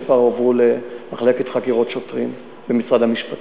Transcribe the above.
הועבר למחלקת חקירות שוטרים במשרד המשפטים.